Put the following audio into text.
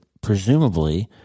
presumably